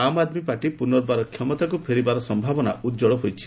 ଆମ୍ ଆଦ୍ମୀ ପାର୍ଟି ପୁନର୍ବାର କ୍ଷମତାକୁ ଫେରିବାର ସମ୍ଭାବନା ଉଜ୍ଜଳ ହୋଇଛି